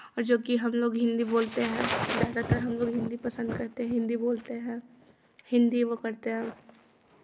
और जोकि हमलोग हिन्दी बोलते हैं ज़्यादातर हमलोग हिन्दी पसंद करते हैं हिन्दी बोलते हैं हिन्दी वो करते हैं